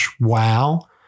Wow